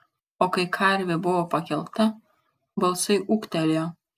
o kai karvė buvo pakelta balsai ūktelėjo